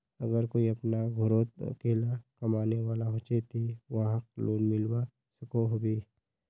अगर कोई अपना घोरोत अकेला कमाने वाला होचे ते वाहक लोन मिलवा सकोहो होबे?